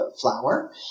flour